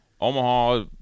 Omaha